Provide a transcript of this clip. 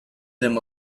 them